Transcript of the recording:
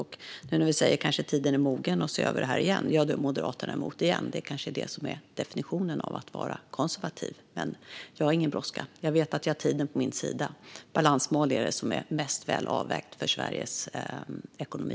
När vi nu säger att tiden kanske är mogen att åter se över detta är Moderaterna emot detta igen. Det är kanske detta som är definitionen av att vara konservativ. Jag har dock ingen brådska, för jag vet att jag har tiden på min sida. Balansmål är det som i detta läge är mest väl avvägt för Sveriges ekonomi.